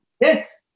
yes